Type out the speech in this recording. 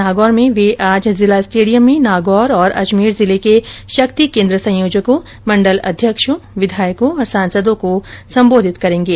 नागौर में वे आज जिला स्टेडियम में नागौर और अजमेर जिले के शक्ति केन्द्र संयोजकों मंडल अध्यक्षों विघायकों और सांसदों को संबोधित करेंगे